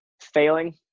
Failing